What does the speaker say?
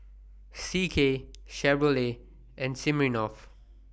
C K Chevrolet and Smirnoff